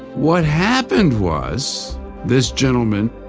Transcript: what happened was this gentleman,